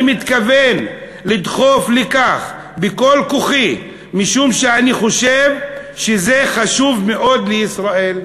אני מתכוון לדחוף לכך בכל כוחי משום שאני חושב שזה חשוב מאוד לישראל.